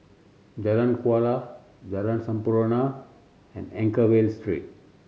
Jalan Kuala Jalan Sampurna and Anchorvale Street